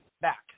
back